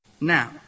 Now